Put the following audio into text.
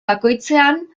bakoitzean